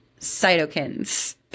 cytokines